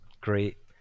great